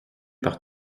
par